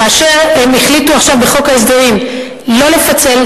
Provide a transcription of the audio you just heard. כאשר הם החליטו עכשיו בחוק ההסדרים לא לפצל,